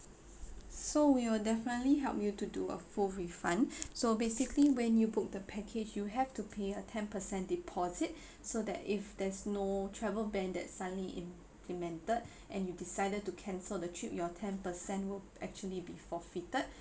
so we will definitely help you to do a full refund so basically when you book the package you have to pay a ten percent deposit so that if there's no travel ban that's suddenly implemented and you decided to cancel the trip your ten percent will actually be forfeited